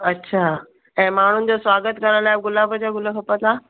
अछा ऐं माण्हुनि जो स्वागत करण लाइ गुलाब जा गुल खपंदा